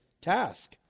task